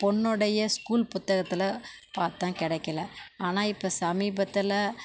பொண்ணோடைய school புத்தகத்தில் பார்த்தேன் கெடைக்கல ஆனால் இப்போ சமீபத்தில்